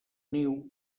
niu